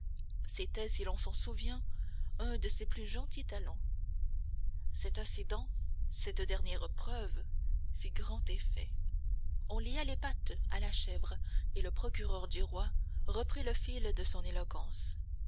c'était si l'on s'en souvient un de ses plus gentils talents cet incident cette dernière preuve fit grand effet on lia les pattes à la chèvre et le procureur du roi reprit le fil de son éloquence